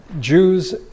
Jews